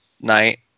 night